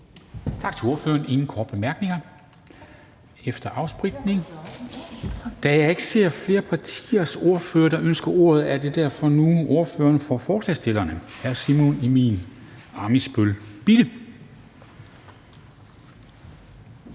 Tak til ordføreren. Ingen korte bemærkninger. Da jeg ikke ser flere partiers ordførere, der ønsker ordet, er det derfor nu ordføreren for forslagsstillerne, hr. Simon Emil Ammitzbøll-Bille.